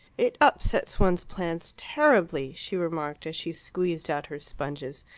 it upsets one's plans terribly, she remarked, as she squeezed out her sponges,